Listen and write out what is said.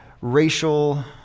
racial